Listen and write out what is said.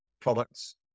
products